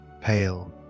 pale